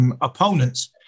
Opponents